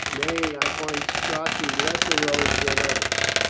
nay, i find strozzi less a rogue than others.